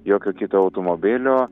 jokio kito automobilio